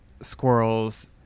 squirrels